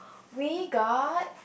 we got